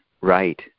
right